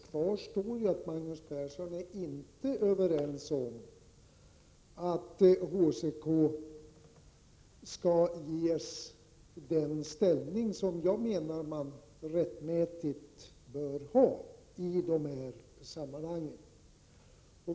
Kvar står ju att han inte håller med om att HCK skall ges den ställning som jag menar att organisationen rätteligen bör ha i de här sammanhangen.